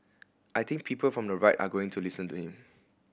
I think people from the right are going to listen to him